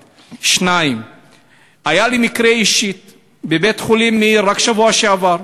1. 2. היה לי מקרה אישי בבית-חולים מאיר רק בשבוע שעבר,